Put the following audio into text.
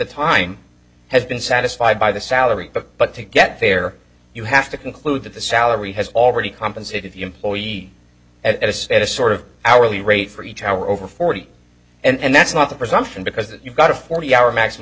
time has been satisfied by the salary but to get there you have to conclude that the salary has already compensated the employee at it's at a sort of hourly rate for each hour over forty and that's not the presumption because that you've got a forty hour maximum